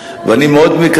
ואני על כך מברך אותך.